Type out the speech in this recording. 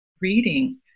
reading